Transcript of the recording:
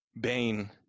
Bane